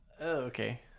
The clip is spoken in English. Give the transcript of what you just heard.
okay